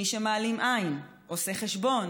מי שמעלים עין, עושה חשבון,